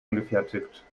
angefertigt